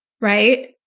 right